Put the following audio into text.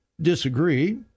disagree